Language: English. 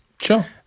sure